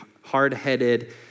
hard-headed